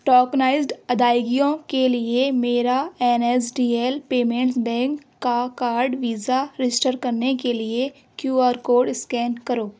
tokenized ادائیگیوں کے لیے میرا N S D L payments bank کا کارڈ ویزا رجسٹر کرنے کے لیے کیو آر کوڈ اسکین کرو